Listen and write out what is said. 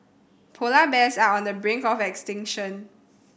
polar bears are on the brink of extinction